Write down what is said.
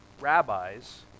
rabbis